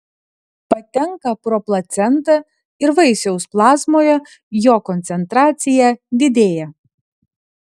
patenka pro placentą ir vaisiaus plazmoje jo koncentracija didėja